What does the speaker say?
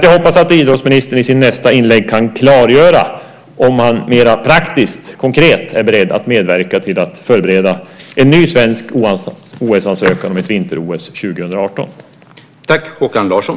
Jag hoppas att idrottsministern i sitt nästa inlägg kan klargöra om han mer praktiskt och konkret är beredd att medverka till att förbereda en ny svensk OS-ansökan om ett vinter-OS 2018.